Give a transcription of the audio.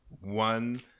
One